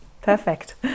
Perfect